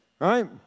right